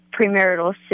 premarital